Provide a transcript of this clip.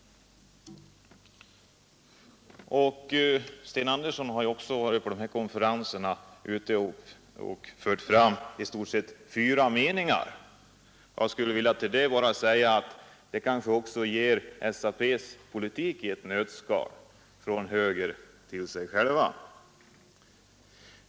Sten Andersson har på dessa konferenser fört fram i stort sett fyra meningar, och de kanske också ger SAP:s politik i ett nötskal.